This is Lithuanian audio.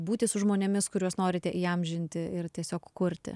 būti su žmonėmis kuriuos norite įamžinti ir tiesiog kurti